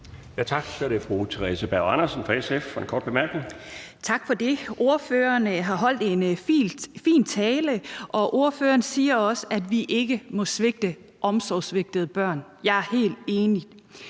Tak for det. Ordføreren har holdt en fin tale, og ordføreren siger også, at vi ikke må svigte omsorgssvigtede børn. Jeg er helt enig.